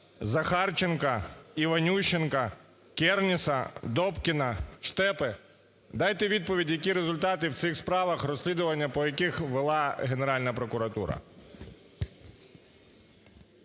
Захарченка, Іванющенка, Кернеса, Добкіна, Штепи? Дайте відповідь, які результати в цих справах, розслідування по яких вела Генеральна прокуратура.